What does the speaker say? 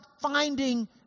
finding